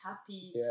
happy